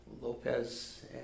Lopez